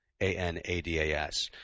A-N-A-D-A-S